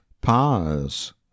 powers